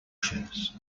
bushes